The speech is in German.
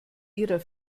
ihrer